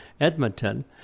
Edmonton